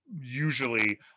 usually